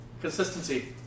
Consistency